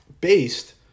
based